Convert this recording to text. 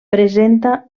presenta